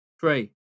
Three